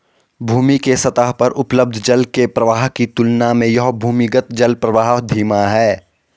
भूमि के सतह पर उपलब्ध जल के प्रवाह की तुलना में यह भूमिगत जलप्रवाह धीमा है